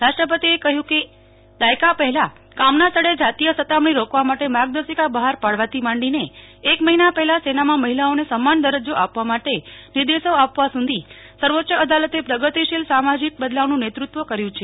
રાષ્ટ્રપતિએ કહ્યું કે એ દાયકા પહેલા કામના સ્થળે જાતીય સતામણી રોકવા માટે માર્ગદર્શિકા બહાર પાડવાથી માંડીને એક મહિના પહેલા સેનામાં મહિલાઓને સમાન દરજજો આપવા માટે નિર્દેશો આપવા સુધી સર્વોચ્ય અદાલતે પ્રગતિશીલ સામાજીક બદલાવનું નેતૃત્વ કર્યુ છે